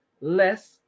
less